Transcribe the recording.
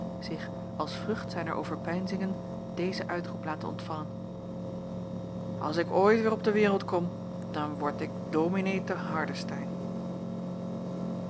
zich als vrucht zijner overpeinzingen dezen uitroep laten ontvallen als ik ooit weêr op de wereld kom dan word ik dominee